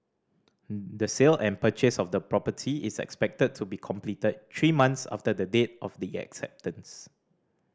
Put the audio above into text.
the sale and purchase of the property is expected to be completed three months after the date of the acceptance